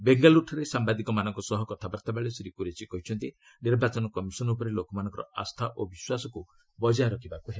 ବେଙ୍ଗାଲୁରୁଠାରେ ସାମ୍ବାଦିକମାନଙ୍କ ସହ କଥାବାର୍ତ୍ତାବେଳେ ଶ୍ରୀ କୁରେଶି କହିଛନ୍ତି ନିର୍ବାଚନ କମିଶନ୍ ଉପରେ ଲୋକମାନଙ୍କର ଆସ୍ଥା ଓ ବିଶ୍ୱାସକ୍ର ବଜାୟ ରଖିବାକ୍ ହେବ